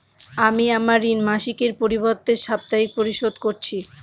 আমি আমার ঋণ মাসিকের পরিবর্তে সাপ্তাহিক পরিশোধ করছি